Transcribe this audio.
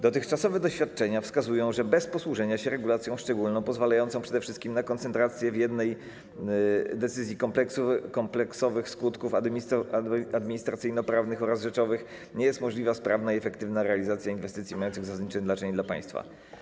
Dotychczasowe doświadczenia wskazują, że bez posłużenia się regulacją szczególną, pozwalającą przede wszystkim na koncentrację w jednej decyzji kompleksowych skutków administracyjnoprawnych oraz rzeczowych, nie jest możliwa sprawna i efektywna realizacja inwestycji mających zasadnicze znaczenie dla państwa